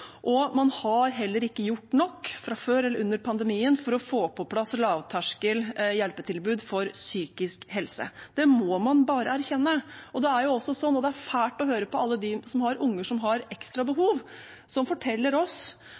Man har heller ikke gjort nok, fra før eller under pandemien, for å få på plass lavterskel hjelpetilbud for psykisk helse. Det må man bare erkjenne. Det er fælt å høre på alle de som har unger som har ekstra behov.